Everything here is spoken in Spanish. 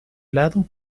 lado